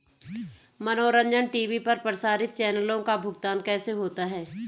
मनोरंजन टी.वी पर प्रसारित चैनलों का भुगतान कैसे होता है?